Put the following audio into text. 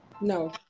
No